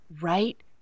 right